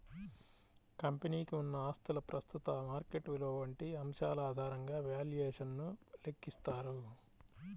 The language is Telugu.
కంపెనీకి ఉన్న ఆస్తుల ప్రస్తుత మార్కెట్ విలువ వంటి అంశాల ఆధారంగా వాల్యుయేషన్ ను లెక్కిస్తారు